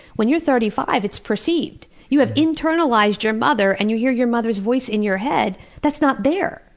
when you're thirty-five, it's perceived. you have internalized your mother and you hear your mother's voice in your head, that's not there!